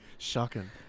Shocking